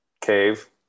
Cave